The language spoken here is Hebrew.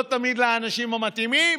לא תמיד לאנשים המתאימים,